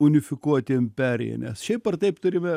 unifikuotiem perėją nes šiaip ar taip turime